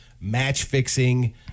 match-fixing